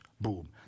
Boom